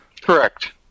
Correct